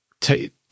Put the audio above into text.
take